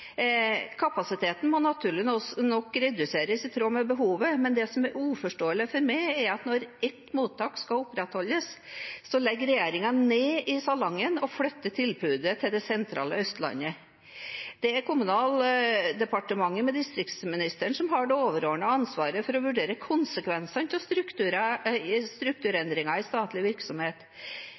Kapasiteten må naturlig nok reduseres i tråd med behovet, men det som er uforståelig for meg, er at når ett mottak skal opprettholdes, legger regjeringen ned i Salangen og flytter tilbudet til det sentrale Østlandet. Det er Kommunaldepartementet ved distriktsministeren som har det overordnede ansvaret for å vurdere konsekvensene av strukturendringer i statlig virksomhet.